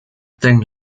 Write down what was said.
tren